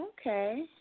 Okay